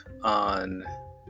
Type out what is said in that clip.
on